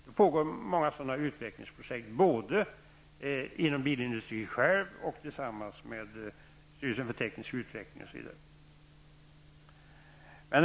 Det pågår många sådana utvecklingsprojekt både inom bilindustrin, inom styrelsen för teknisk utveckling, osv.